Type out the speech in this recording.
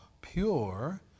pure